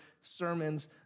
sermons